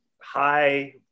high